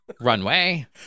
runway